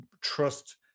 trust